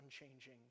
unchanging